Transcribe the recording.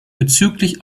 bezüglich